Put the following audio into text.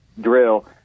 drill